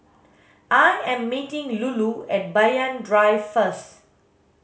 I am meeting Lulu at Banyan Drive first